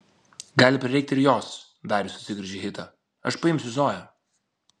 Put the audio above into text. gali prireikti ir jos darijus atsigręžė į hitą aš paimsiu zoją